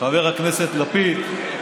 חבר הכנסת לפיד,